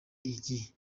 igi